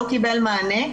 לא קיבל מענה,